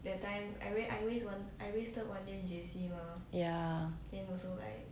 ya